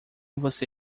você